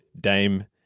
Dame